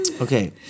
Okay